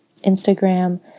Instagram